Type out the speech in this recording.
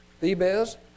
Thebes